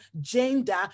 gender